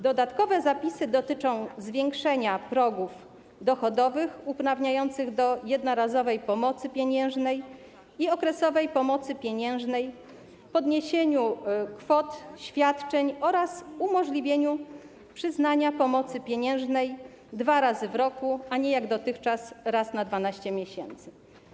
Dodatkowe zapisy dotyczą podniesienia progów dochodowych uprawniających do jednorazowej pomocy pieniężnej i okresowej pomocy pieniężnej, zwiększenia kwot świadczeń oraz umożliwienia przyznania pomocy pieniężnej dwa razy w roku, a nie, jak dotychczas, raz na 12 miesięcy.